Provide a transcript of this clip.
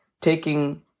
taking